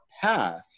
path